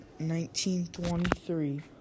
1923